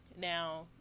now